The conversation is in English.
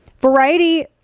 Variety